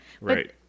right